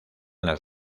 las